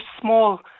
small